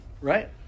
right